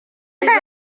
ibyaha